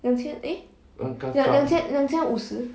两千 eh 两千两千五十